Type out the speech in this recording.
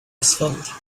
asphalt